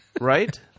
Right